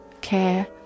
care